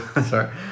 sorry